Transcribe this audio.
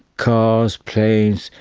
cars, planes,